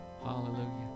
Hallelujah